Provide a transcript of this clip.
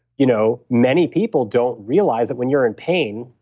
you know many people don't realize that when you're in pain,